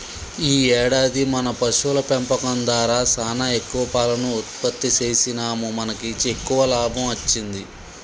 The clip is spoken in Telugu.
ఈ ఏడాది మన పశువుల పెంపకం దారా సానా ఎక్కువ పాలను ఉత్పత్తి సేసినాముమనకి ఎక్కువ లాభం అచ్చింది